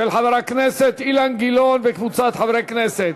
של חבר הכנסת אילן גילאון וקבוצת חברי הכנסת,